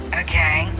okay